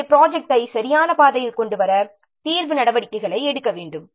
எனவே ப்ரொஜெக்ட்டை சரியான பாதையில் கொண்டு வர தீர்வு நடவடிக்கைகளை எடுக்க வேண்டும்